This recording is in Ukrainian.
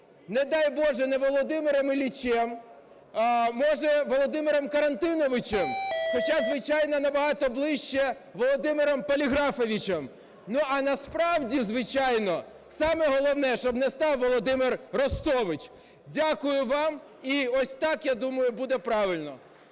не дай Боже, не Володимиром Іллічем. Може, "Володимиром Карантиновичем", хоча, звичайно, набагато ближче "Володимиром Поліграфовичем". А насправді, звичайно, саме головне, щоб не став "Володимир Ростович". Дякую вам. І ось так, я думаю, буде правильно.